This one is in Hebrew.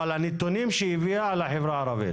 אבל הנתונים שהיא הביאה על החברה הערבית.